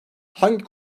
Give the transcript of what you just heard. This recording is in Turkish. hangi